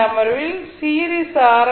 இந்த அமர்வில் series R